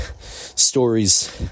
stories